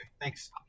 thanks